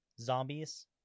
zombies